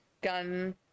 gun